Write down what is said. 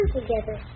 together